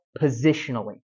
positionally